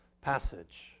passage